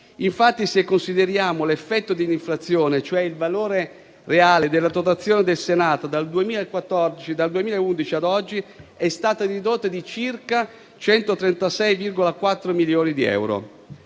Infatti, se consideriamo l'effetto dell'inflazione, il valore reale della dotazione del Senato dal 2011 ad oggi è stata ridotta di circa 136,4 milioni di euro;